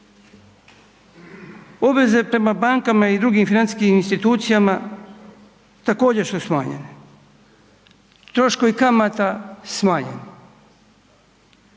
Obveze prema bankama i drugim financijskim institucijama također su smanjene. Troškovi kamata smanjeni.